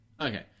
Okay